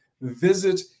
visit